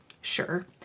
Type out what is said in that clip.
Sure